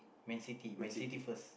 Man-City Man-City first